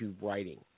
writing